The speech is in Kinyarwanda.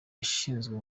yashinzwe